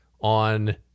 on